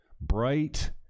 bright